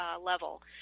level